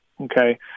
okay